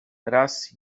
raz